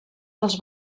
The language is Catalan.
dels